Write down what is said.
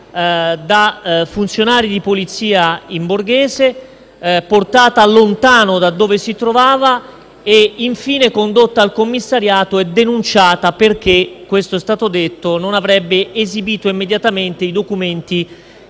da funzionari di Polizia in borghese, portata lontano da dove si trovava e infine condotta al commissariato e denunciata perché - questo è stato detto - non avrebbe esibito immediatamente i documenti